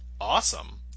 awesome